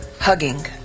hugging